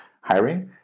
hiring